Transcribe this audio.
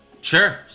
Sure